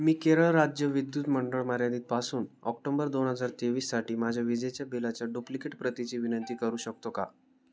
मी केरळ राज्य विद्युत मंडळ मर्यादितपासून ऑक्टोंबर दोन हजार तेवीससाठी माझ्या विजेच्या बिलाच्या डुप्लिकेट प्रतीची विनंती करू शकतो का